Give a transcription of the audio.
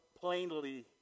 plainly